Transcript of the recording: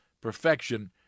Perfection